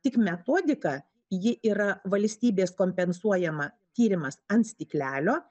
tik metodika ji yra valstybės kompensuojama tyrimas ant stiklelio